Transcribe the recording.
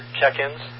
check-ins